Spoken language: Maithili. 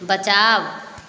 बचाव